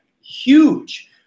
huge